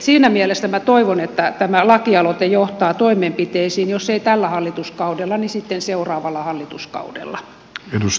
siinä mielessä toivon että tämä lakialoite johtaa toimenpiteisiin jos ei tällä hallituskaudella niin sitten seuraavalla hallituskaudella